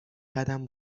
قدم